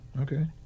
Okay